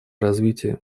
развитие